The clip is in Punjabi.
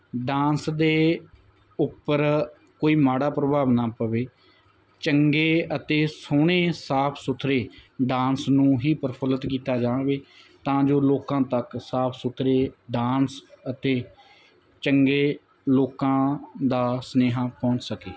ਡਾਂਸ ਦੇ ਉੱਪਰ ਕੋਈ ਮਾੜਾ ਪ੍ਰਭਾਵ ਨਾ ਪਵੇ ਚੰਗੇ ਅਤੇ ਸੋਹਣੇ ਸਾਫ ਸੁਥਰੇ ਡਾਂਸ ਨੂੰ ਹੀ ਪ੍ਰਫੁੱਲਿਤ ਕੀਤਾ ਜਾਵੇ ਤਾਂ ਜੋ ਲੋਕਾਂ ਤੱਕ ਸਾਫ ਸੁਥਰੇ ਡਾਂਸ ਅਤੇ ਚੰਗੇ ਲੋਕਾਂ ਦਾ ਸੁਨੇਹਾ ਪਹੁੰਚ ਸਕੇ